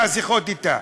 מהשיחות אתה.